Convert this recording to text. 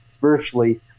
virtually